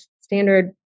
standard